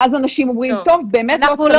ואז אנשים אומרים, טוב, באמת לא --- אנחנו לא